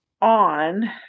on